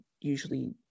usually